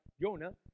Jonah